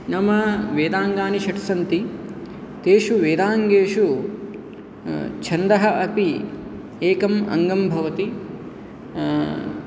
नाम वेदाङ्गानि षट् सन्ति तेषु वेदाङ्गेषु छन्दः अपि एकम् अङ्गं भवति